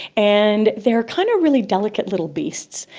and they are kind of really delicate little beasts.